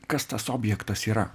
kas tas objektas yra